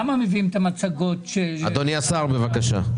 למה מביאים את המצגות --- אדוני השר, בבקשה.